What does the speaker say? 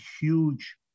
huge